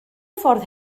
ffordd